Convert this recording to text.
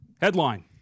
Headline